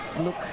look